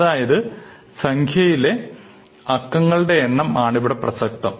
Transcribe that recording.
അതായത് സംഖ്യയിലെ അക്കങ്ങളുടെ എണ്ണം ആണ് ഇവിടെ പ്രസക്തം